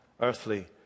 earthly